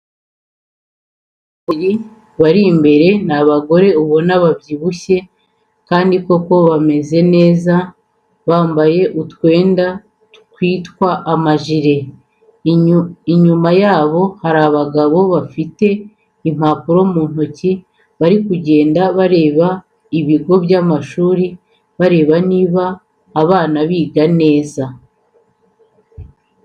Abagore babiri bari imbere, ni abagore ubona babyibushye kandi koko bameze neza, bambaye utwenda twitwa ama jire. Inyuba yabo hari abagabo bafite impapuro mu ntoki bari kugenda bareba ibigo by'amashuri bareba niba abana biga neza.